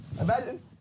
imagine